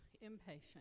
impatient